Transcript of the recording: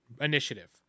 initiative